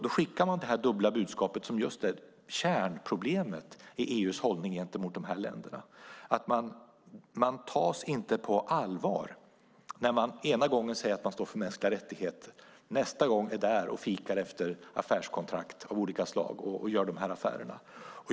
Då skickar man det dubbla budskapet som är kärnproblemet i EU:s hållning gentemot de här länderna. Man tas inte på allvar när man ena gången säger att man står för mänskliga rättigheter och nästa gång är där och fikar efter affärskontrakt av olika slag och gör de här affärerna.